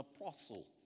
apostle